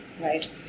right